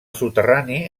soterrani